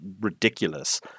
ridiculous